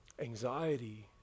Anxiety